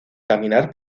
caminar